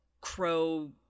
Crow